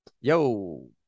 yo